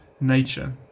nature